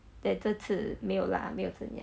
then 这次没有 lah 没有这么样